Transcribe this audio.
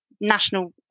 national